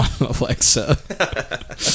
alexa